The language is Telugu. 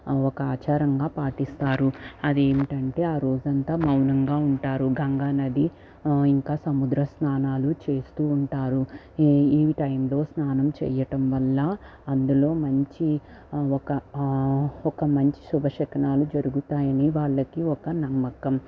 ఒక ఆచారంగా పాటిస్తారు అదేమిటంటే ఆ రోజంతా మౌనంగా ఉంటారు గంగానది ఇంకా సముద్ర స్నానాలు చేస్తూ ఉంటారు ఈ టైంలో స్నానం చేయటం వల్ల అందులో మంచి ఒక ఒక మంచి శుభ శకునాలు జరుగుతాయని వాళ్ళకి ఒక నమ్మకం